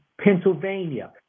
Pennsylvania